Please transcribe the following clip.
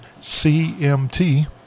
CMT